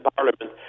Parliament